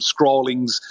scrawlings